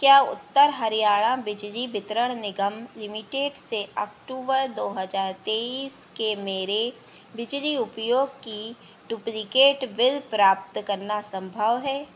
क्या उत्तर हरियाणा बिजली वितरण निगम लिमिटेड से अक्टूबर दो हज़ार तेइस के मेरे बिजली उपयोग की डुप्लिकेट बिल प्राप्त करना सम्भव है